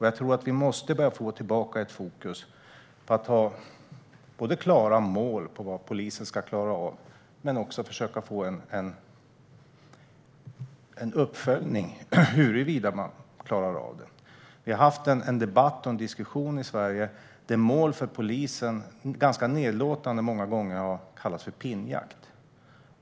Jag tror att vi måste börja få tillbaka ett fokus på att ha tydliga mål för vad polisen ska klara av och försöka få till stånd uppföljning av huruvida man klarar av det. Vi har i Sverige haft en debatt och en diskussion där mål för polisen ganska nedlåtande många gånger har kallats för pinnjakt.